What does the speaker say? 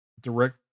direct